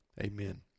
Amen